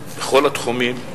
בכל התחומים,